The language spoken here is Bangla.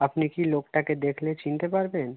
আপনি কি লোকটাকে দেখলে চিনতে পারবেন